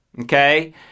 Okay